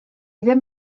ddim